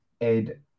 Ed